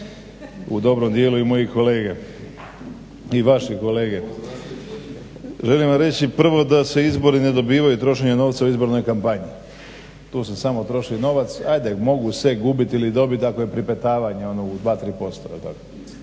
U dobrom dijelu i moje kolege i vaše kolege. Želim vam reći prvo da se izbori ne dobivaju trošenjem novca u izbornoj kampanji. Tu se samo troši novac, ajde mogu se dobiti i gubiti ako je pripetavanje ono u 2, 3%.